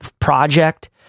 project